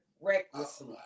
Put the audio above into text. recklessly